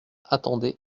attendait